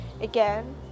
again